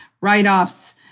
write-offs